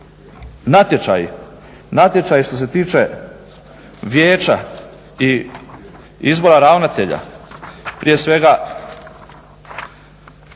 natječaji, natječaji što se tiče vijeća i izbora ravnatelja prije svega